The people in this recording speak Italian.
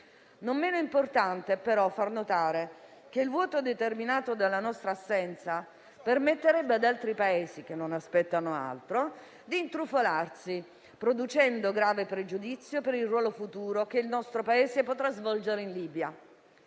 Non meno importante però è far notare che il vuoto determinato dalla nostra assenza permetterebbe ad altri Paesi - che non aspettano altro - di intrufolarsi, producendo grave pregiudizio per il ruolo futuro che il nostro Paese potrà svolgere in Libia.